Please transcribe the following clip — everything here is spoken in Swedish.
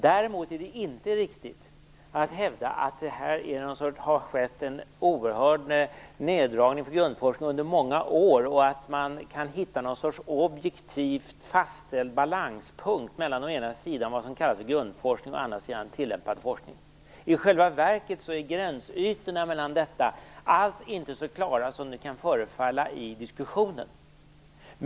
Däremot är det inte riktigt att hävda att det har skett en oerhörd neddragning inom grundforskningen under många år och att man kan hitta någon sorts objektivt fastställd balanspunkt mellan å ena sidan vad som kallas grundforskning och å andra sidan tillämpad forskning. I själva verket är gränsytorna mellan dessa alls inte så klara som det kan förefalla i diskussionen.